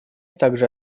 также